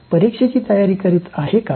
परीक्षेची तयारी करीत आहे काय